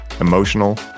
emotional